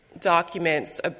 documents